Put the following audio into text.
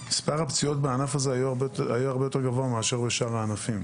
מספר הפציעות בענף הזה היה הרבה יותר גבוה מאשר בשאר הענפים.